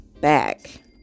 back